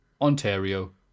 Ontario